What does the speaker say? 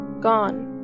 gone